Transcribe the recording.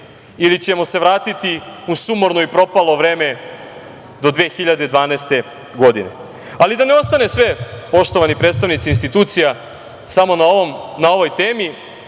ili ćemo se vratiti u sumorno i propalo vreme do 2012. godine. Ali, da ne ostane sve poštovani predstavnici institucija samo na ovoj temi